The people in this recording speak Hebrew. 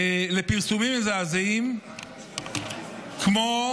לפרסומים מזעזעים כמו